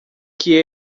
que